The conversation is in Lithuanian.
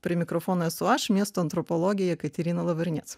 prie mikrofono esu aš miesto antropologė jekaterina lavrinec